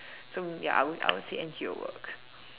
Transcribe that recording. so ya I would I would say N_G_O work